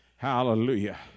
Hallelujah